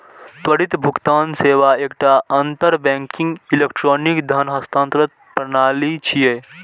त्वरित भुगतान सेवा एकटा अंतर बैंकिंग इलेक्ट्रॉनिक धन हस्तांतरण प्रणाली छियै